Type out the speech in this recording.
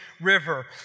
river